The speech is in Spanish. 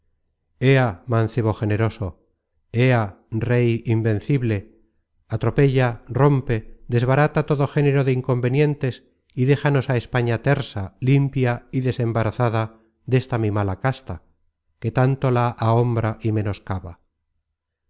ea mancebo generoso ea rey invencible atropella rompe desbarata todo género de inconvenientes y déjanos á españa tersa limpia y desembarazada desta mi mala casta que tanto la aombra y menoscaba